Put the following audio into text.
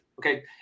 Okay